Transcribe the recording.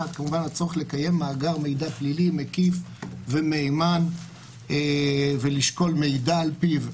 כמובן הצורך לקיים מאגר מידע פלילי מקיף ומהימן ולשקול מידע על פיו,